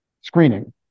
screening